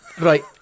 Right